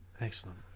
excellent